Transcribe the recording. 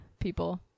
People